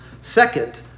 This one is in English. Second